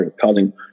causing